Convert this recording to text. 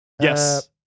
Yes